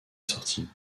sortie